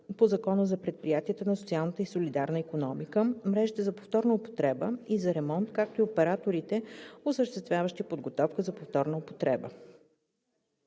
по Закона за предприятията на социалната и солидарна икономика, мрежите за повторна употреба и за ремонт, както и операторите, осъществяващи подготовка за повторна употреба;